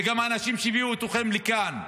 זה גם האנשים שהביאו אתכם לכאן.